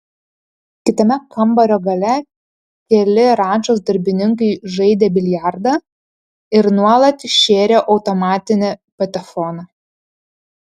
kitame kambario gale keli rančos darbininkai žaidė biliardą ir nuolat šėrė automatinį patefoną